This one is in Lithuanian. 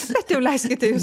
bet jau leiskite jus